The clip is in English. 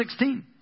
16